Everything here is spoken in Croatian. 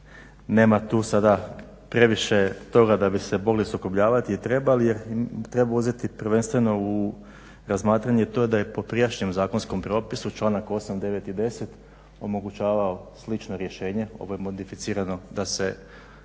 nema tu sada previše toga da bi se mogli sukobljavati i trebali jer treba uzeti prvenstveno u razmatranje to da je po prijašnjem zakonskom propisu članak 8.0 9. i 10. omogućavao slično rješenje. Ovo je modificirano da se